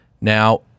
Now